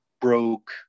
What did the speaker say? broke